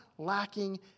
lacking